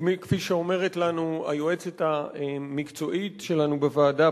כפי שאומרת לנו היועצת המקצועית שלנו בוועדה,